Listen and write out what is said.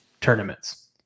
tournaments